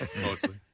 mostly